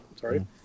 sorry